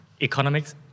economics